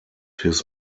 his